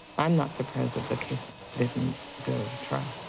i'm not surprised that the case didn't go to trial.